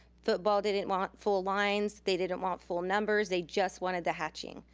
football didn't want full lines, they didn't want full numbers. they just wanted the hatching.